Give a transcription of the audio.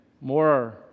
more